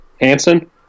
Hanson